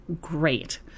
great